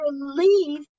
relief